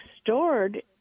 stored